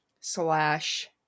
slash